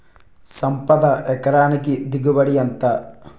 సంపద ఎకరానికి దిగుబడి ఎంత?